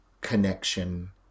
connection